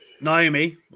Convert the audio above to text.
Naomi